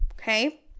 okay